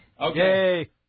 Okay